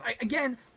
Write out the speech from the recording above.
Again